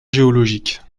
géologiques